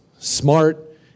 Smart